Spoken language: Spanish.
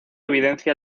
evidencia